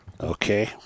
Okay